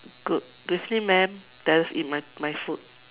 good evening ma'am that's in my my food